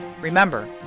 Remember